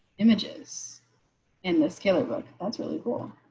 images in this killer book that's really cool.